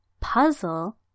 puzzle